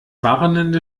warnende